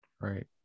Right